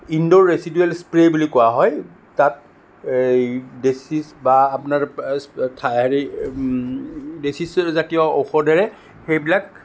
Indore residual spray বুলি কোৱা হয় তাত এই ডেচিছ বা আপোনাৰ হেৰি ডেচিছুৱেৰ জাতীয় ঔষধেৰে সেইবিলাক